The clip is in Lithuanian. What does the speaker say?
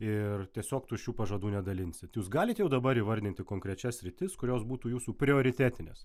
ir tiesiog tuščių pažadų nedalinsit jūs galit jau dabar įvardinti konkrečias sritis kurios būtų jūsų prioritetinės